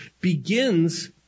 begins